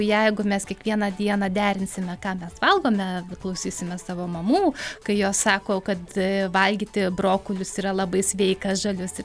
jeigu mes kiekvieną dieną derinsime ką mes valgome klausysime savo mamų kai jos sako kad valgyti brokolius yra labai sveika žalius ir